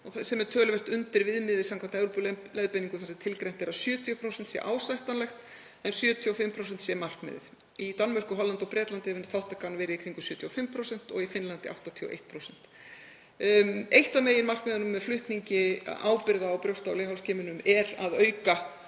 sem er töluvert undir viðmiði samkvæmt Evrópuleiðbeiningum þar sem tilgreint er að 70% sé ásættanlegt, en 75% sé markmiðið. Í Danmörku, Hollandi og Bretlandi hefur þátttakan verið í kringum 75% og í Finnlandi 81%. Eitt af meginmarkmiðunum með flutningi og ábyrgð á brjósta- og leghálsskimunum er að auka